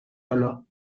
حالا